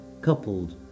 coupled